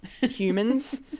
humans